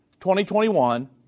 2021